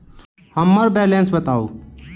हम्मर बैलेंस बताऊ